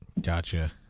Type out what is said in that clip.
Gotcha